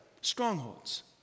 Strongholds